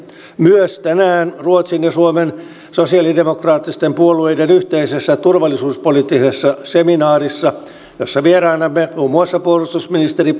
myös tänään ruotsin ja suomen sosialidemokraattisten puolueiden yhteisessä turvallisuuspoliittisessa seminaarissa jossa vieraanamme ovat muun muassa puolustusministeri